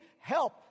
help